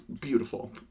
beautiful